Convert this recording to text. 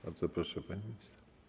Bardzo proszę, pani minister.